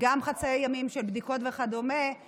חצאי ימים של בדיקות וכדומה,